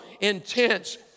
intense